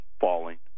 falling